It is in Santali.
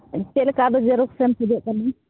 ᱪᱮᱫᱞᱮᱠᱟ ᱟᱫᱚ ᱡᱮᱨᱚᱠᱥᱮᱢ ᱠᱷᱚᱡᱚᱜ ᱠᱟᱱᱟ